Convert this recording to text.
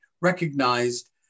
recognized